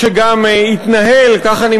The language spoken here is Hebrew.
או אולי בכלל היא קשורה יותר לתפוצות?